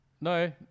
No